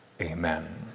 amen